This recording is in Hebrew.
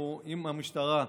אנחנו עם המשטרה,